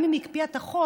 גם אם היא הקפיאה את החוק,